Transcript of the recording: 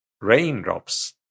raindrops